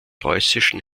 preußischen